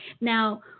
now